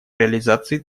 реализации